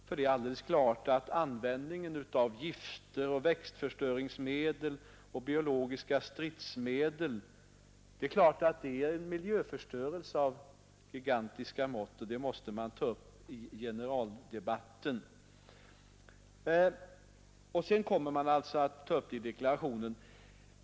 För det är alldeles klart att användningen av gifter, växtförstöringsmedel och biologiska stridsmedel är en miljöförstöring av gigantiska mått, och detta måste man ta upp i generaldebatten.